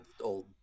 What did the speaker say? old